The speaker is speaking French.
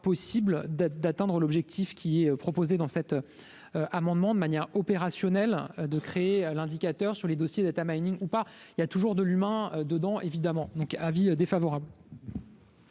possible d'être, d'atteindre l'objectif qui est proposé dans cet amendement de manière opérationnelle de créer l'indicateur sur les dossiers d'État Mining ou pas, il y a toujours de l'humain, dedans, évidemment, donc avis défavorable.